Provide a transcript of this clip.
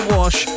Wash